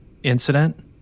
incident